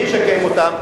מי ישקם אותם?